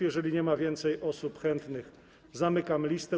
Jeżeli nie ma więcej osób chętnych, zamykam listę.